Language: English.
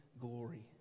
glory